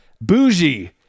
Bougie